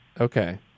Okay